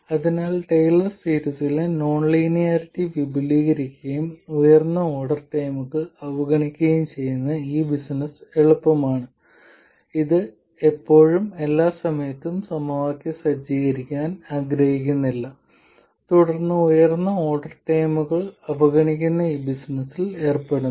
അതിനാൽ ടെയ്ലർ സീരീസിലെ non linearity വിപുലീകരിക്കുകയും ഉയർന്ന ഓർഡർ ടേമുകൾ അവഗണിക്കുകയും ചെയ്യുന്ന ഈ ബിസിനസ്സ് എളുപ്പമാണ് ഇത് ഇപ്പോഴും എല്ലാ സമയത്തും സമവാക്യം സജ്ജീകരിക്കാൻ ആഗ്രഹിക്കുന്നില്ല തുടർന്ന് ഉയർന്ന ഓർഡർ ടേമുകൾ അവഗണിക്കുന്ന ഈ ബിസിനസ്സിൽ ഏർപ്പെടുന്നു